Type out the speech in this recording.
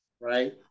right